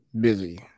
busy